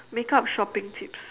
makeup shopping tips